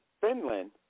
Finland